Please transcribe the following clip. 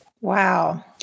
Wow